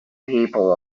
people